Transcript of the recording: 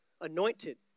anointed